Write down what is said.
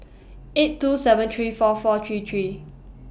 eight two seven three four four three three